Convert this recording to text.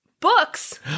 books